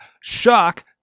Shock